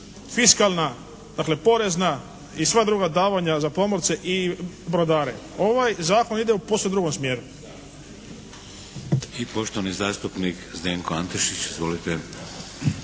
fiskalna, dakle porezna i sva druga davanja za pomorce i brodare. Ovaj Zakon ide u posve drugom smjeru.